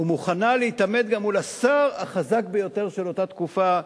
והיא מוכנה להתעמת גם מול השר החזק ביותר של אותה תקופה,